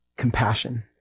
compassion